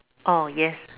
oh yes